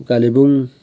Kalimpong